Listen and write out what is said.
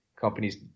companies